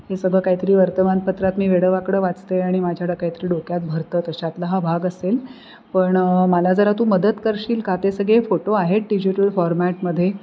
हे सगळं काहीतरी वर्तमानपत्रात मी वेडंवाकडं वाचते आणि माझ्या काहीतरी डोक्यात भरतं तशातला हा भाग असेल पण मला जरा तू मदत करशील का ते सगळे फोटो आहेत डिजिटल फॉर्मॅटमध्ये